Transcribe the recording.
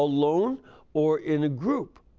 alone or in a group.